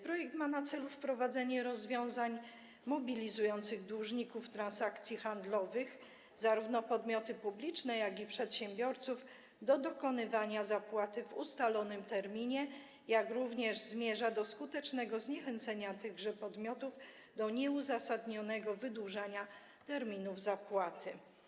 Projekt ma na celu wprowadzenie rozwiązań mobilizujących dłużników transakcji handlowych - zarówno podmioty publiczne, jak i przedsiębiorców -do dokonywania zapłaty w ustalonym terminie, jak również zmierza do skutecznego zniechęcenia tychże podmiotów do nieuzasadnionego wydłużania terminów zapłaty.